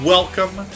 Welcome